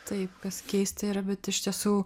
taip kas keista yra bet iš tiesų